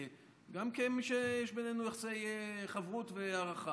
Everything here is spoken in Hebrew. יש בינינו יחסי חברות והערכה,